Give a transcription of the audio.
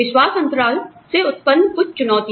विश्वास अंतराल से उत्पन्न कुछ चुनौतियां